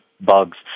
bugs